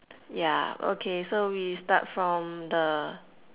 ya okay so we start from the